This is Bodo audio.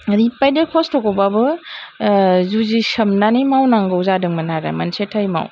ओरैबादि खस्थ'खौबाबो जुजिसोमनानै मावनांगौ जादोंमोन आरो मोनसे टाइमाव